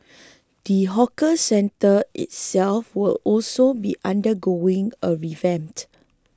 the hawker centre itself will also be undergoing a revamp